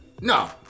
No